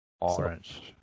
orange